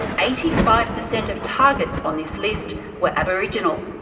eighty five percent of targets on this list were aboriginal.